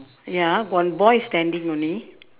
ya one boy is standing only